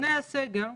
לפני הסגר,